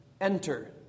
enter